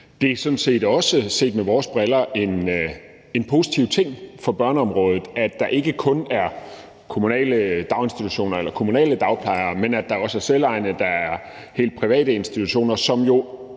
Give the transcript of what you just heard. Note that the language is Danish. set også set med vores briller en positiv ting for børneområdet, at der ikke kun er kommunale daginstitutioner eller kommunale dagplejere, men at der også er selvejende, at der er helt private institutioner, som jo